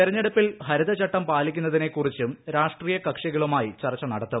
തിരഞ്ഞെടുപ്പിൽ ഹരിതചട്ടം പാലിക്കുന്നതിനെക്കുറിച്ചും രാഷ്ട്രീയ കക്ഷികളുമായി ചർച്ച നടത്തും